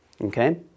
Okay